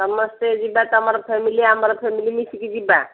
ସମସ୍ତେ ଯିବା ତୁମର ଫ୍ୟାମିଲି ଆମର ଫ୍ୟାମିଲି ମିଶିକି ଯିବା